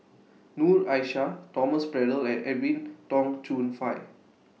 Noor Aishah Thomas Braddell and Edwin Tong Chun Fai